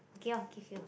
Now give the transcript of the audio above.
okay I'll give you